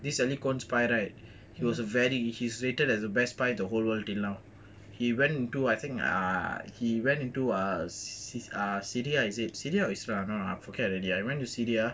this elliecohen spy right he was a very his rated as a best spy in the whole world now he went to I think ah he went into a sy~ ah syria is it syria or israel I don't know ah forget already went to syria